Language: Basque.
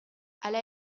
hala